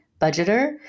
budgeter